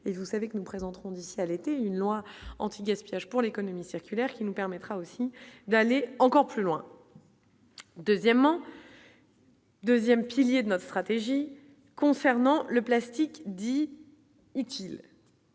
et vous savez que nous présenterons d'ici à l'été une loi anti-gaspillage pour l'économie circulaire qui nous permettra aussi d'aller encore plus loin. Deuxièmement. 2ème, pilier de notre stratégie concernant le plastique dit utile.